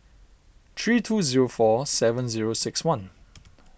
three two zero four seven zero six one